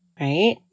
right